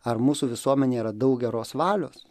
ar mūsų visuomenėj yra daug geros valios